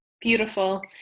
beautiful